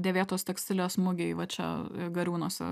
dėvėtos tekstilės mugėj va čia gariūnuose